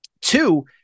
Two